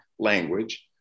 language